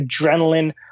adrenaline